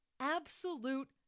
absolute